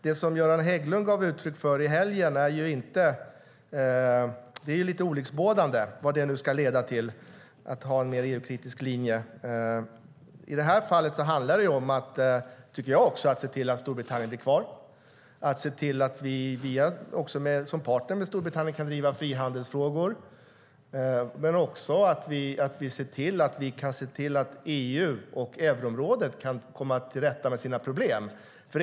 Det som Göran Hägglund gav uttryck för i helgen är lite olycksbådande - vad det nu ska leda till att ha en mer EU-kritisk linje. I det här fallet handlar det om, tycker jag, att se till att Storbritannien blir kvar, att se till att vi som partner med Storbritannien kan driva frihandelsfrågor och att vi kan se till att EU och euroområdet kan komma till rätta med sina problem.